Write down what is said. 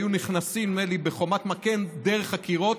היו נכנסים בחומת מגן דרך הקירות.